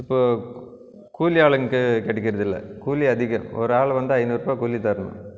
இப்போ கூ கூலி ஆளுங்கள் கிடைக்கிறதில்லை கூலி அதிகம் ஒரு ஆள் வந்தால் ஐநூறுபா கூலி தரணும்